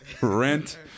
rent